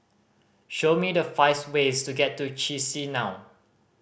show me the five ways to get to Chisinau